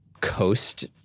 coast